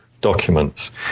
documents